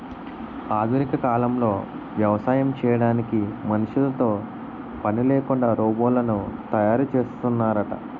ఆధునిక కాలంలో వ్యవసాయం చేయడానికి మనుషులతో పనిలేకుండా రోబోలను తయారు చేస్తున్నారట